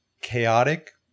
chaotic